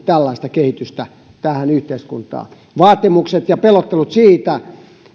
tällaista kehitystä tähän yhteiskuntaan vaatimukset ja pelottelut siitä